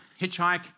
hitchhike